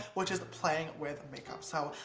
which is playing with makeup. so,